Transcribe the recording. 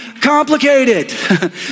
complicated